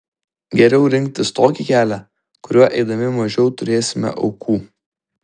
geriau rinktis tokį kelią kuriuo eidami mažiau turėsime aukų